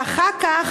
ואחר כך,